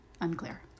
Unclear